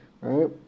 Right